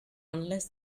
unless